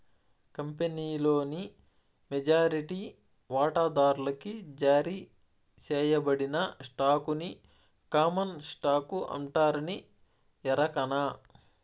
కంపినీలోని మెజారిటీ వాటాదార్లకి జారీ సేయబడిన స్టాకుని కామన్ స్టాకు అంటారని ఎరకనా